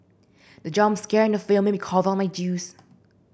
the jump scare in the film made me cough out my juice